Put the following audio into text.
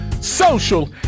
social